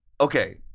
okay